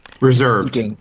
Reserved